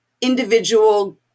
individual